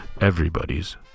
everybody's